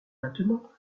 maintenant